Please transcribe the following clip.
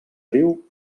riu